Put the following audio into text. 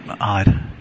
odd